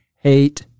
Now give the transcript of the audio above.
hate